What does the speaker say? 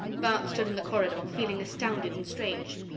bart stood in the corridor, feeling astounded and strange.